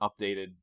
updated